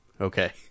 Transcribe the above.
Okay